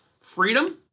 freedom